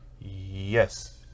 Yes